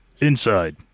Inside